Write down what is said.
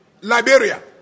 Liberia